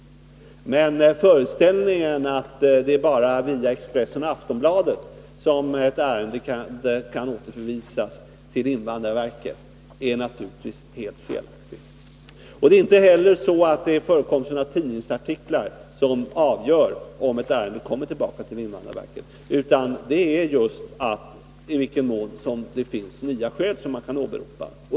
Men föreställningen att det bara är via Expressen och Aftonbladet som ett ärende kan återförvisas till invandrarverket är naturligtvis helt felaktig. Det är inte heller förekomsten av tidningsartiklar som avgör om ett ärende kommer tillbaka till invandrarverket. Avgörande är just om det finns nya skäl att åberopa.